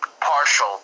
Partial